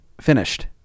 finished